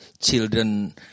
children